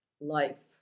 life